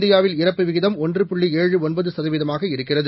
இந்தியாவில்இறப்புவிகிதம்ஒன்றுபுள்ளிஏழுஒன்பதுசதவீத மாகஇருக்கிறது